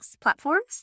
platforms